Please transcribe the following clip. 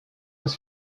has